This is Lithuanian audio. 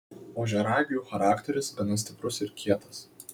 ožiaragių charakteris gana stiprus ir kietas